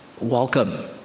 welcome